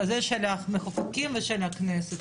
כזה של המחוקקים ושל הכנסת.